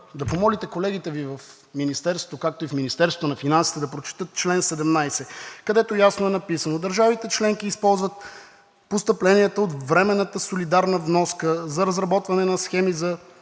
да помолите колегите Ви в Министерството, както и в Министерството на финансите, да прочетат чл. 17, където ясно е написано: „Държавите членки използват постъпленията от временната солидарна вноска за разработване на схеми за